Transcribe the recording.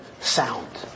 sound